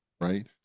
right